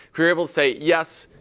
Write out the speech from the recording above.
we were able to say, yes,